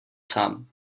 sám